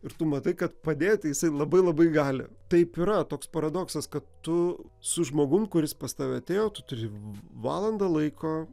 ir tu matai kad padėti jisai labai labai gali taip yra toks paradoksas kad tu su žmogum kuris pas tave atėjo tu turi valandą laiko